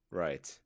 right